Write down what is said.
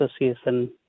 association